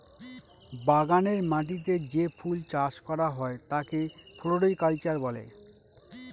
বাগানের মাটিতে যে ফুল চাষ করা হয় তাকে ফ্লোরিকালচার বলে